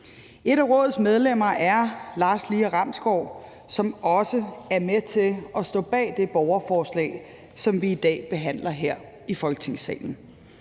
Et af rådets medlemmer er Lars Lior Ramsgaard, som også er med til at stå bag det borgerforslag, som vi i dag behandler her i Folketingssalen.